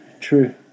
true